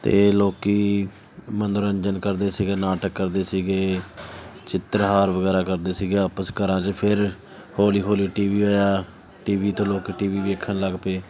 ਅਤੇ ਲੋਕ ਮਨੋਰੰਜਨ ਕਰਦੇ ਸੀਗੇ ਨਾਟਕ ਕਰਦੇ ਸੀਗੇ ਚਿੱਤਰਹਾਰ ਵਗੈਰਾ ਕਰਦੇ ਸੀਗੇ ਆਪਸ ਘਰਾਂ 'ਚ ਫਿਰ ਹੌਲੀ ਹੌਲੀ ਟੀ ਵੀ ਆਇਆ ਟੀ ਵੀ ਤੋਂ ਲੋਕ ਟੀ ਵੀ ਵੇਖਣ ਲੱਗ ਪਏ